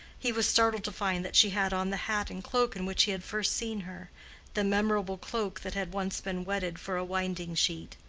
he was startled to find that she had on the hat and cloak in which he had first seen her the memorable cloak that had once been wetted for a winding-sheet.